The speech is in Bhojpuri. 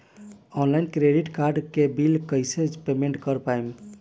ऑनलाइन क्रेडिट कार्ड के बिल कइसे पेमेंट कर पाएम?